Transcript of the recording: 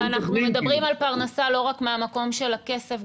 ואנחנו מדברים על הפרנסה לא רק מהמקום של הכסף,